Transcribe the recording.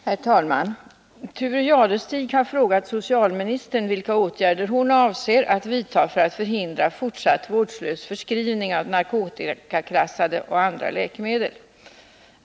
Herr talman! Thure Jadestig har frågat socialministern vilka åtgärder hon avser att vidta för att förhindra fortsatt vårdslös förskrivning av narkotikaklassade och andra läkemedel.